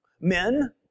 Men